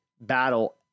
battle